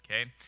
okay